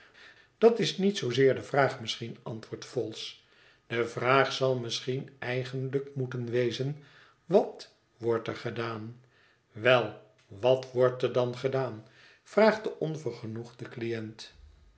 dat is niet zoozeer de vraag misschien antwooi'dt vholes de vraag zal misschien eigenlijk moeten wezen wat wordt er gedaan wel wat wordt er dan gedaan vraagt de onvergenoegde cliënt